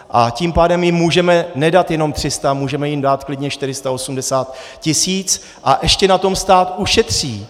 A tím pádem jim můžeme nedat jenom 300, můžeme jim dát klidně 480 tisíc a ještě na tom stát ušetří.